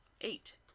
Eight